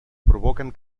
provoquen